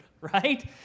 right